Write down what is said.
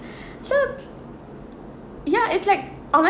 so ya it's like honest~